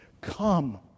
Come